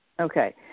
Okay